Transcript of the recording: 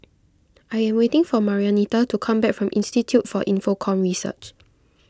I am waiting for Marianita to come back from Institute for Infocomm Research